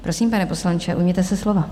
Prosím, pane poslanče, ujměte se slova.